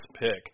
pick